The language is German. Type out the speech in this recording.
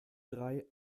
drei